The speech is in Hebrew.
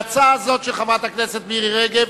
להצעה זו של חברת הכנסת מירי רגב